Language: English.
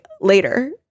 later